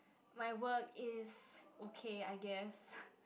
my work is okay I guess